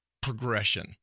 progression